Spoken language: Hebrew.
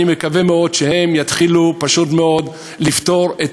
אני מקווה מאוד שהן יתחילו לפתור את